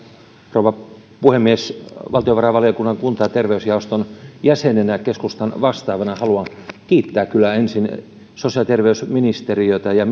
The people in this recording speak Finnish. rouva puhemies valtiovarainvaliokunnan kunta ja terveysjaoston jäsenenä keskustan vastaavana haluan kiittää kyllä ensin sosiaali ja terveysministeriötä ja